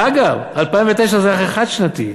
אגב, 2009 זה הרי חד-שנתי,